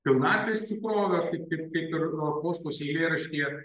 pilnatvės tikrovę taip kaip ir poškos eilėraštyje